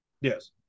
Yes